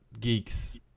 geeks